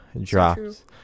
drops